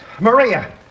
Maria